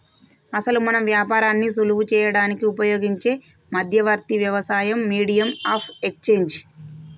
అసలు మనం వ్యాపారాన్ని సులువు చేయడానికి ఉపయోగించే మధ్యవర్తి వ్యవస్థ మీడియం ఆఫ్ ఎక్స్చేంజ్